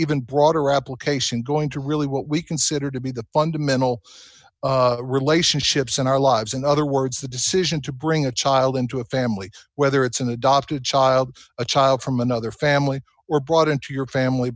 even broader application going to really what we consider to be the fundamental relationships in our lives in other words the decision to bring a child into a family whether it's an adopted child a child from another family or brought into your family